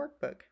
workbook